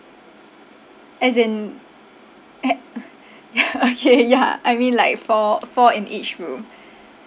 as in yeah okay yeah I mean like four four in each room